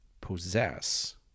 possess